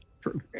True